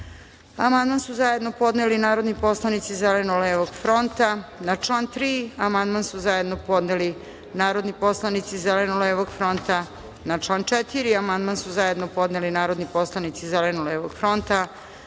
amandman su zajedno podneli narodni poslanici Zeleno-levog fronta. Na član 3. amandman su zajedno podneli narodni poslanici Zeleno-levog fronta. Na član 4. amandman su zajedno podneli narodni poslanici Zeleno-levog fronta. Na član 5.